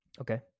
Okay